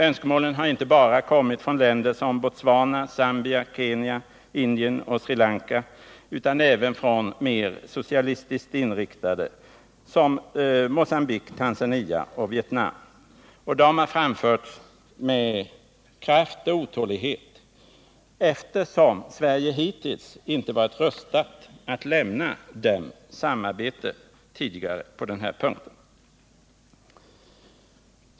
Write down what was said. Önskemålen har inte bara kommit från länder som Botswana, Zambia, Kenya, Indien och Sri Lanka utan även från mer socialistiskt inriktade som Mocambique, Tanzania och Vietnam, och de har framförts med både kraft och otålighet, eftersom Sverige hittills inte varit rustat att lämna dem samarbete på den här punkten.